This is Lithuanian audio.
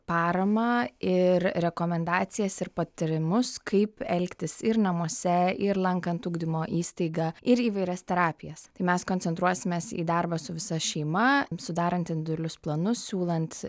paramą ir rekomendacijas ir patyrimus kaip elgtis ir namuose ir lankant ugdymo įstaigą ir įvairias terapijas mes koncentruosimės į darbą su visa šeima sudarant individualius planus siūlant